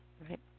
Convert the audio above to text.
right